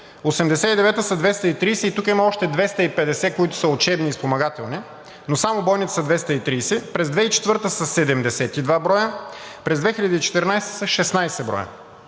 1989 г. са 230 и тук има още 250, които са учебни и спомагателни, но само бойните са 230, през 2004 г. са 72 броя, през 2014 г. са 16 броя.